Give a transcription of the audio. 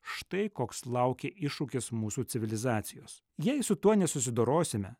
štai koks laukia iššūkis mūsų civilizacijos jei su tuo nesusidorosime